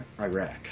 Iraq